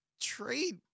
trade